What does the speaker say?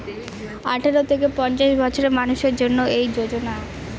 আঠারো থেকে পঞ্চাশ বছরের মানুষের জন্য এই যোজনা